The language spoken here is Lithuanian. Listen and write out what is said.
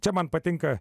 čia man patinka